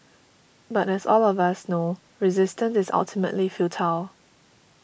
but as all of us know resistance is ultimately futile